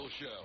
show